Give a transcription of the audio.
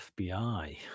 FBI